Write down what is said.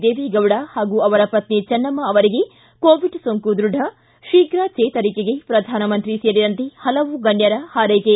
ದೇವೇಗೌಡ ಹಾಗೂ ಅವರ ಪತ್ನಿ ಚೆನ್ನಮ್ಮ ಅವರಿಗೆ ಕೋವಿಡ್ ಸೋಂಕು ದೃಢ ಶೀಘ ಚೇತರಿಕೆಗೆ ಪ್ರಧಾನಮಂತ್ರಿ ಸೇರಿದಂತೆ ಹಲವು ಗಣ್ಯರ ಹಾರೈಕೆ